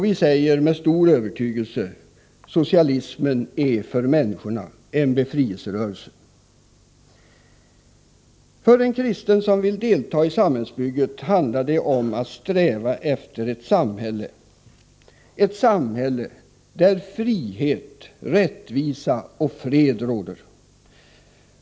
Vi säger med stor övertygelse: socialismen är för människorna en befrielserörelse. För en kristen som vill delta i samhällsbygget handlar det om att sträva efter ett samhälle där frihet, rättvisa och fred råder.